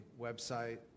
website